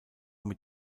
mit